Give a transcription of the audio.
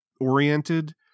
oriented